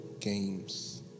games